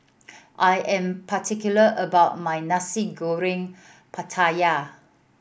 I am particular about my Nasi Goreng Pattaya